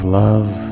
love